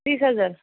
तीस हजार